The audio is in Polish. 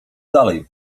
dalej